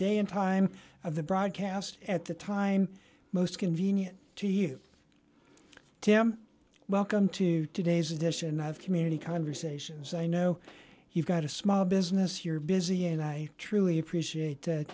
day and time of the broadcast at the time most convenient to you tim welcome to today's edition of community conversations i know you've got a small business you're busy and i truly appreciate